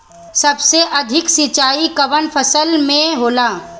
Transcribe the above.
सबसे अधिक सिंचाई कवन फसल में होला?